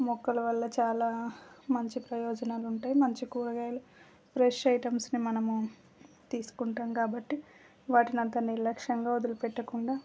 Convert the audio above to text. మొక్కల వల్ల చాలా మంచి ప్రయోజనాలు ఉంటాయి మంచి కూరగాయలు ఫ్రెష్ ఐటమ్స్ని మనము తీసుకుంటాం కాబట్టి వాటిని అంత నిర్లక్ష్యంగా వదిలిపెట్టకుండా